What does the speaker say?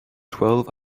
twelve